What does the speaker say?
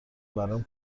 برام